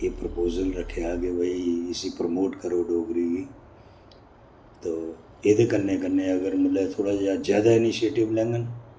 एह् प्रपोजल रक्खेआ कि भाई इसी प्रमोट करो डोगरी गी तो एह्दे कन्नै कन्नै अगर मतलब थोह्ड़ा जेहा ज्यादा इनीशिएटिव लैङन